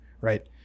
Right